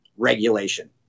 Regulation